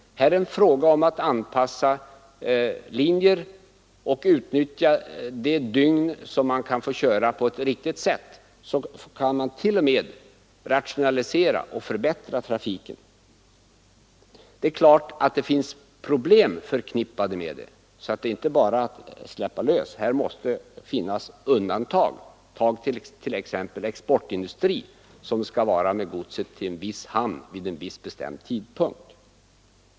Eftersom det är en fråga om att på ett riktigt sätt anpassa linjer och utnyttja de dygn då man kan köra, kan trafiken t.o.m. rationaliseras och förbättras. Det är klart att problem finns förknippade med förbudet och att det även måste finnas vissa undantag. Tag t.ex. exportindustrin, som skall leverera godset i en viss hamn vid en viss tidpunkt!